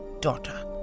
daughter